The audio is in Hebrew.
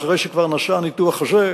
אחרי שכבר נעשה הניתוח הזה,